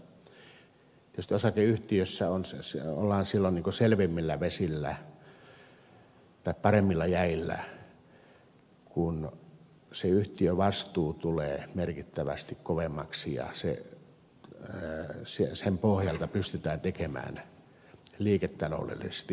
tietysti osakeyhtiössä ollaan silloin selvemmillä vesillä tai paremmilla jäillä kun se yhtiövastuu tulee merkittävästi kovemmaksi ja sen pohjalta pystytään tekemään liiketaloudellisesti järkeviä päätöksiä